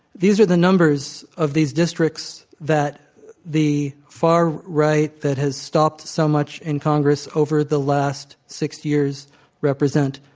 these are the numbers of these districts that the far right that has stopped so much in congress over the last six years represent.